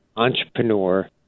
entrepreneur